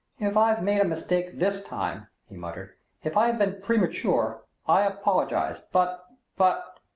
if i have made a mistake this time, he muttered if i have been premature i apologize but but